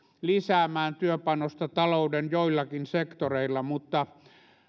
lisäämään työpanosta talouden joillakin sektoreilla mutta